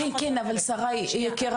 כן, כן אבל שריי יקירה.